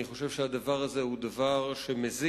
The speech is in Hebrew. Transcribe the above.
אני חושב שהדבר הזה הוא דבר שמזיק.